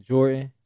Jordan